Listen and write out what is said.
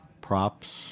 props